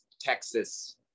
Texas